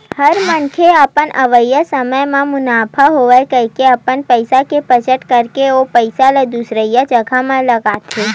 हर मनखे ह अपन अवइया समे म मुनाफा होवय कहिके अपन पइसा के बचत करके ओ पइसा ल दुसरइया जघा म लगाथे